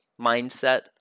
mindset